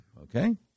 Okay